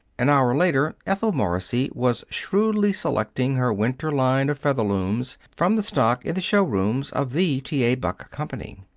an hour later, ethel morrissey was shrewdly selecting her winter line of featherlooms from the stock in the showrooms of the t. a. buck company.